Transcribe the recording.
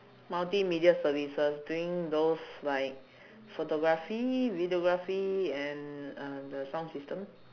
multimedia services doing those like photography videography and uh the sound system